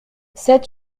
sept